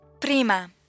prima